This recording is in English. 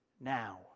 now